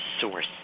source